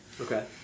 okay